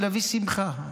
להביא שמחה,